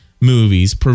movies